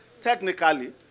Technically